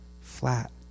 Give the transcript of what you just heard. flat